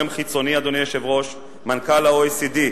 אדוני היושב-ראש, הגיע גורם חיצוני, מנכ"ל ה-OECD,